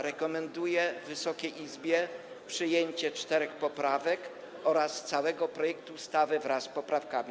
Rekomenduję Wysokiej Izbie przyjęcie czterech poprawek oraz całego projektu ustawy wraz z poprawkami.